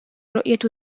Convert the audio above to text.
رؤية